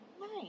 Nice